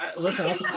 listen